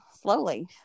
slowly